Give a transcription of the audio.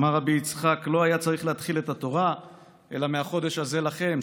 אמר רבי יצחק: לא היה צריך להתחיל את התורה אלא מ"החֹדש הזה לכם",